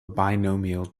binomial